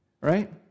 Right